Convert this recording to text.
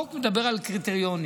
החוק מדבר על קריטריונים.